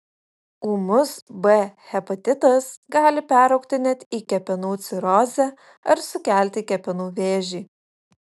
ūmus b hepatitas gali peraugti net į kepenų cirozę ar sukelti kepenų vėžį